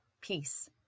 Peace